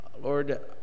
Lord